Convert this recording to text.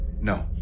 No